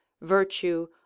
virtue